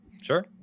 Sure